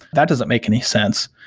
that doesn't make any sense.